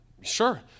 Sure